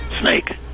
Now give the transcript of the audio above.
Snake